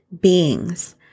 beings